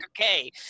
okay